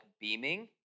beaming